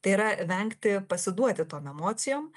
tai yra vengti pasiduoti tom emocijom